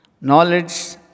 knowledge